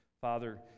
Father